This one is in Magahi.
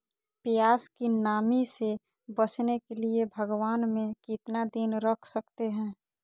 प्यास की नामी से बचने के लिए भगवान में कितना दिन रख सकते हैं?